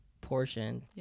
portion